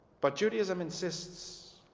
but judaism insists